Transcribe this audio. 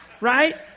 right